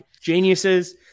geniuses